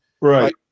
right